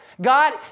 God